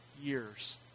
years